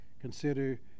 consider